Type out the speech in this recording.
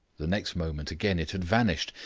the next moment, again, it had vanished,